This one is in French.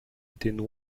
étaient